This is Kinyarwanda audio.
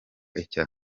icya